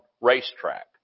racetrack